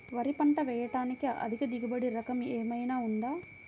వరి పంట వేయటానికి అధిక దిగుబడి రకం ఏమయినా ఉందా?